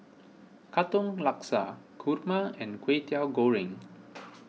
Katong Laksa Kurma and Kway Teow Goreng